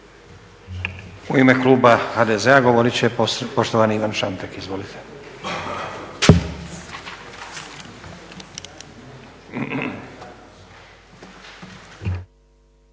U ime kluba HDZ-a govorit će poštovani Ivan Šantek. Izvolite.